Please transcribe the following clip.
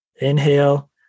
inhale